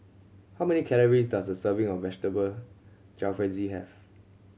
how many calories does a serving of Vegetable Jalfrezi have